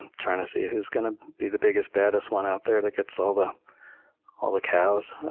and trying to see who's going to be the biggest, baddest one out there that gets all the all the cows.